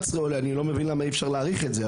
אני לא מבין למה אי אפשר להאריך את זה,